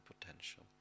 potential